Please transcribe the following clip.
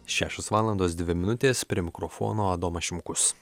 šešios valandos dvi minutės prie mikrofono adomas šimkus